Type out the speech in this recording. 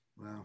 Wow